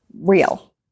real